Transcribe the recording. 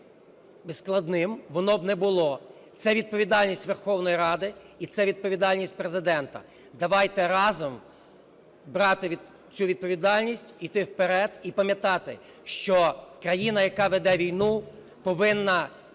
складним воно б не було. Це відповідальність Верховної Ради і це відповідальність Президента. Давайте разом брати цю відповідальність, іти вперед і пам'ятати, що країна, яка веде війну, повинна